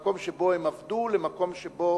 ממקום שבו הם עבדו למקום שבו